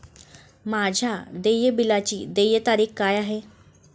माझ्या देय बिलाची देय तारीख काय आहे?